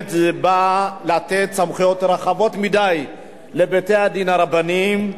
הקודמת בא לתת סמכויות רחבות מדי לבתי-הדין הרבניים.